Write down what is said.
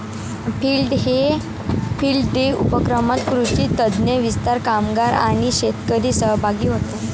field day उपक्रमात कृषी तज्ञ, विस्तार कामगार आणि शेतकरी सहभागी होतात